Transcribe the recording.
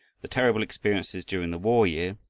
the terrible experiences during the war year,